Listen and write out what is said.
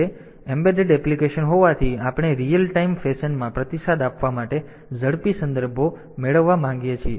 તેથી એમ્બેડેડ એપ્લીકેશનો હોવાથી આપણે રીઅલ ટાઇમ ફેશનમાં પ્રતિસાદ આપવા માટે ઝડપી સંદર્ભો મેળવવા માંગીએ છીએ